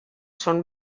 són